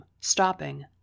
stopping